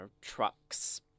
trucks